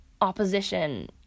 opposition